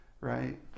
Right